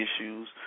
issues